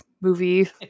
movie